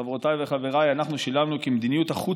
חברותיי וחבריי: אנחנו שילמנו כי מדיניות החוץ